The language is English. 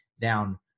down